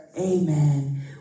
Amen